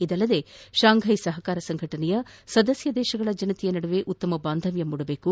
ಇದಲ್ಲದೆ ಶಾಂಫೈ ಸಹಕಾರ ಸಂಘಟನೆಯ ಸದಸ್ಕ ದೇಶಗಳ ಜನರ ನಡುವೆ ಉತ್ತಮ ಬಾಂಧ್ಯವ್ಯ ಮೂಡಬೇಕು